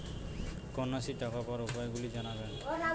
কন্যাশ্রীর টাকা পাওয়ার উপায়গুলি জানাবেন?